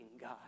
God